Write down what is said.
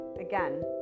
Again